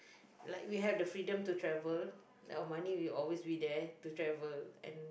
like we have the freedom to travel and our money will always be there to travel and